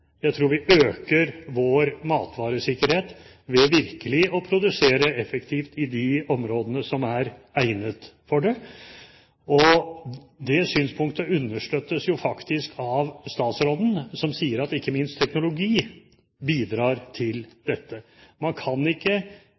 Jeg tror vi øker vår matvaresikkerhet ved virkelig å produsere effektivt i de områdene som er egnet for det. Det synspunktet understøttes faktisk av statsråden, som sier at ikke minst teknologi bidrar til dette. Man kan ikke